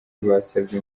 basabye